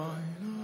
(מס' 249),